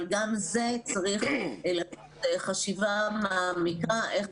אבל גם זה מצריך חשיבה מעמיקה על איך